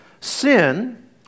Sin